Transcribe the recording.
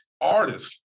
artists